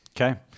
Okay